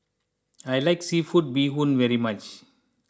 I like Seafood Bee Hoon very much